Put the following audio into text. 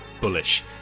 bullish